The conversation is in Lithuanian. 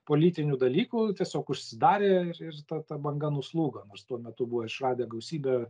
politinių dalykų tiesiog užsidarė ir ir ta ta banga nuslūgo nors tuo metu buvo išradę gausybę